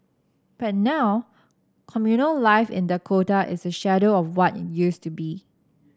but now communal life in Dakota is a shadow of what it used to be